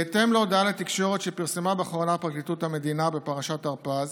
בהתאם להודעה לתקשורת שפרסמה באחרונה פרקליטות המדינה בפרשת הרפז